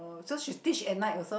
oh so she teach at night also